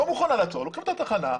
לוקחים אותה לתחנה,